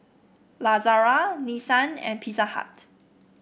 Lazada Nissan and Pizza Hut